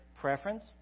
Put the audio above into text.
preference